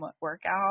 workout